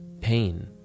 pain